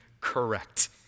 correct